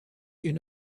une